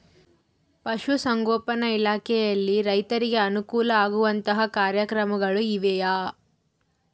ಪಶುಸಂಗೋಪನಾ ಇಲಾಖೆಯಲ್ಲಿ ರೈತರಿಗೆ ಅನುಕೂಲ ಆಗುವಂತಹ ಕಾರ್ಯಕ್ರಮಗಳು ಇವೆಯಾ?